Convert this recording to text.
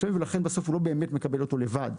שלבים ולכן בסוף הוא לא באמת מקבל את ההחלטה לבד.